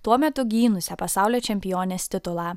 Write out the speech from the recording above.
tuo metu gynusią pasaulio čempionės titulą